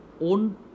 own